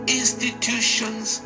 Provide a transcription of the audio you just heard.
institutions